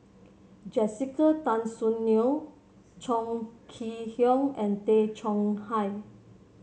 Jessica Tan Soon Neo Chong Kee Hiong and Tay Chong Hai